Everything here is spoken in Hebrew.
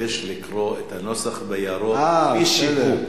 מתבקש לקרוא את הנוסח בירוק כפי שהוא.